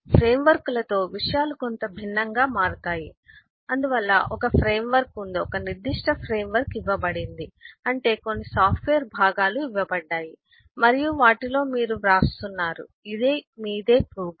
ఫ్రేమ్వర్క్లతో విషయాలు కొంత భిన్నంగా మారుతాయి అందువల్ల ఒక ఫ్రేమ్వర్క్ ఉంది అందువల్ల ఒక నిర్దిష్ట ఫ్రేమ్వర్క్ ఇవ్వబడింది అంటే కొన్ని సాఫ్ట్వేర్ భాగాలు ఇవ్వబడ్డాయి మరియు వాటిలో మీరు వ్రాస్తున్నారు ఇది మీదే ప్రోగ్రామ్